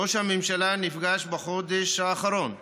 ראש הממשלה נפגש בחודש האחרון כאן,